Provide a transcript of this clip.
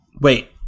Wait